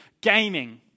Gaming